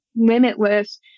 limitless